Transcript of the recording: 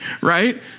right